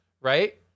right